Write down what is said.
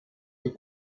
les